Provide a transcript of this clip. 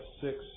six